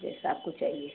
जैसा आपको चाहिए